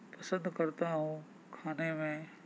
پسند کرتا ہوں کھانے میں